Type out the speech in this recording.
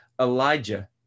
Elijah